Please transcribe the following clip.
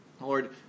Lord